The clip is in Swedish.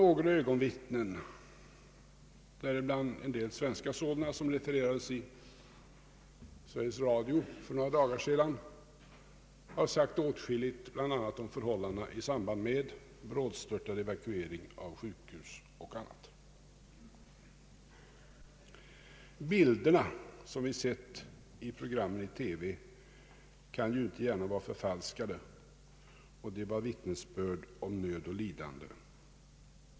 Några ögonvittnen, däribland en del svenska, som refererats i Sveriges Radio för några dagar sedan, har sagt åtskilligt, bl.a. om förhållandena i samband med brådstörtad evakuering av sjukhus. Bilderna som vi sett i programmen i TV kan ju inte gärna vara förfalskade, och de bar vittnesbörd om nöd och lidande.